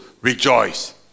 rejoice